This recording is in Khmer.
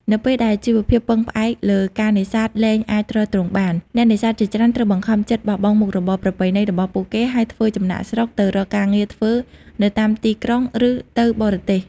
នៅពេលដែលជីវភាពពឹងផ្អែកលើការនេសាទលែងអាចទ្រទ្រង់បាន អ្នកនេសាទជាច្រើនត្រូវបង្ខំចិត្តបោះបង់មុខរបរប្រពៃណីរបស់ពួកគេ ហើយធ្វើចំណាកស្រុកទៅរកការងារធ្វើនៅតាមទីក្រុង ឬទៅបរទេស។